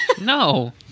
No